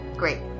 great